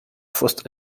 fost